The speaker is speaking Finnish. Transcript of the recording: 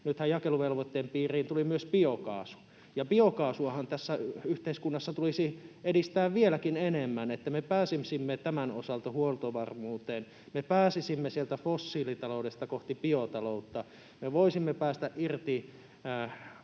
nythän jakeluvelvoitteen piiriin tuli myös biokaasu. Biokaasuahan tässä yhteiskunnassa tulisi edistää vieläkin enemmän, että me pääsisimme tämän osalta huoltovarmuuteen, me pääsisimme sieltä fossiilitaloudesta kohti biotaloutta. Me voisimme päästä irti